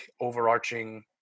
overarching